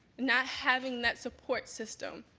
not having that support system.